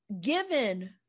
given